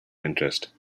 interest